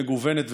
מגוונת ומאוזנת,